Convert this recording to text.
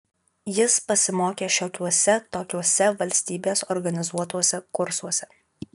jis pasimokė šiokiuose tokiuose valstybės organizuotuose kursuose